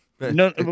No